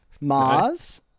Mars